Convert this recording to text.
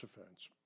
offense